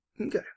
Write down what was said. Okay